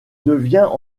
devient